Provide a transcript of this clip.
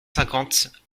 cinquante